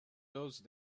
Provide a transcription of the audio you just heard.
those